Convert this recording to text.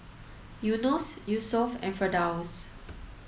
Yunos Yusuf and Firdaus